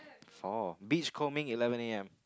for beachcombing eleven am